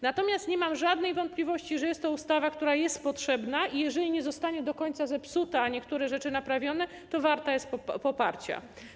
Natomiast nie mam żadnej wątpliwości, że jest to ustawa, która jest potrzebna, i jeżeli nie zostanie do końca zepsuta, a niektóre rzeczy będą naprawione, to warta jest poparcia.